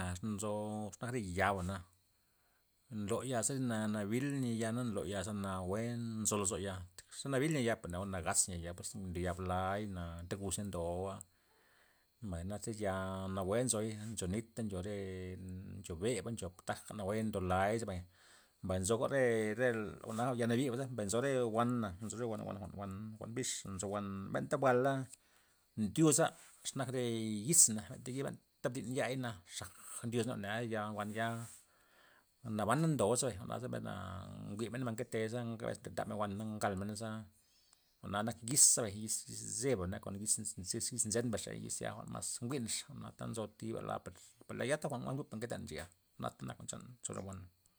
Asta nzo xe nak re yabana nloya zi na- nabil ni'a ya na nlo yaza nawue nzo lozo ya, iz xe nabil nya ya per neo nagaz nya ya pues ndo yab layna anta nguz niay ndoba, mbay na tyz ya nawue nzoy ncho nit ncho re ncho beb ncho taja nawue ndo lay zabay, mbay nzoga re re jwa'na yana nibaza mbay nzo re wan na' nzo re wan- wan jwa'n wan mbix nzo wan mbenta buala ndyuza. xe nak re yizana benta mbdin yai' na xa'ga ndyuza naba nea ya wan ya nabana ndoba bay jwa'na ze besna nji'mena men nketemen za abes ntab wana'na ngalmenaza, jwa'na nak yizabay yiz yiz zebana na kon yiz- yiz nzed mbesxa yiz ya jwa'n mas njwi'ax jwa'na nzo thiba la per laya ta jwa'n n jwi'n ta nketen ncheya jwa'nata nak chan cho re jwa'n.